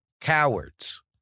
Cowards